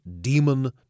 demon